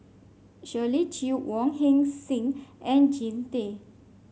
Shirley Chew Wong Heck Sing and Jean Tay